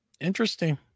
Interesting